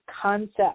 concept